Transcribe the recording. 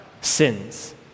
sins